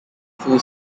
full